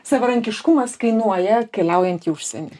savarankiškumas kainuoja keliaujant į užsienį